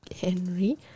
Henry